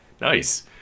nice